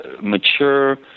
mature